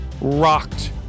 rocked